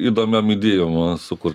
įdomiom idėjom mano sukurt